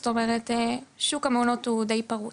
זאת אומרת, שוק המעונות הוא שוק די פרוץ.